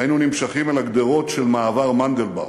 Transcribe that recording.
היינו נמשכים אל הגדרות של מעבר-מנדלבאום,